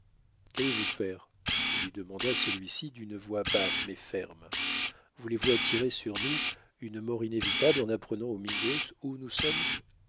qu'allez-vous faire lui demanda celui-ci d'une voix basse mais ferme voulez-vous attirer sur nous une mort inévitable en apprenant aux mingos où nous sommes